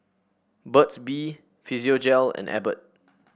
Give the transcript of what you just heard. Burt's Bee Physiogel and Abbott